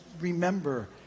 remember